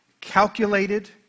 calculated